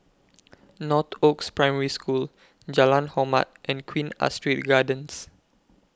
Northoaks Primary School Jalan Hormat and Queen Astrid Gardens